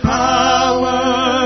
power